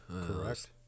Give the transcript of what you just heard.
Correct